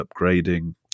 upgrading